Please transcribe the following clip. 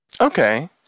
Okay